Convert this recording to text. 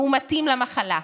מאומתים למחלה,